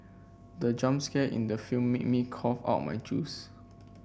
the jump scare in the film made me cough out my juice